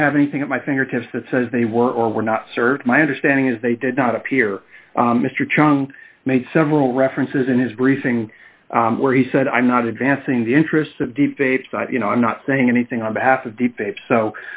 don't have anything at my fingertips that says they were or were not served my understanding is they did not appear mr chung made several references in his briefing where he said i'm not advancing the interests of the paper you know i'm not saying anything on